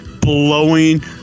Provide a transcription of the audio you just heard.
blowing